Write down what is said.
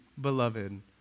beloved